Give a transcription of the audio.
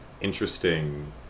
interesting